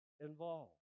involved